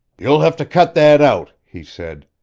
you'll have to cut that out! he said.